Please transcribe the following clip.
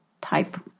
type